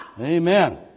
Amen